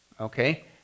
Okay